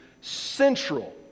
central